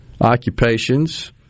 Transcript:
occupations